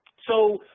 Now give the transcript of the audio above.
so